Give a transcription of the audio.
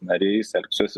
nariais elgsiuosi